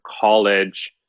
college